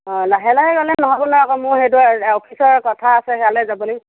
অ লাহে লাহে গ'লে নহ'ব নহয় আকৌ মোৰ সেইটো অফিচৰ কথা আছে হেৰিয়ালে যাব লাগিব